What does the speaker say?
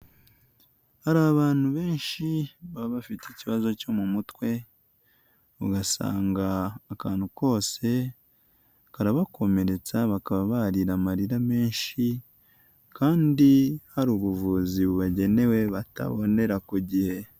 Hari abantu benshi baba bafite ikibazo cyo mu mutwe, ugasanga akantu kose karabakomeretsa bakaba barira amarira menshi kandi hari ubuvuzi bubagenewe batabonera ku gihe.